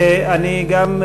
ואני גם,